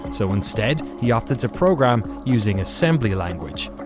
so instead he opted to program using assembly language.